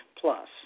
plus